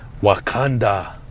Wakanda